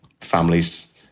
families